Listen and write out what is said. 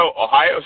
Ohio